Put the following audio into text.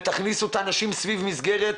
ותכניסו את האנשים סביב מסגרת.